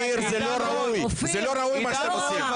אופיר, זה לא ראוי מה שאתם עושים.